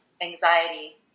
anxiety